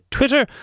Twitter